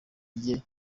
rye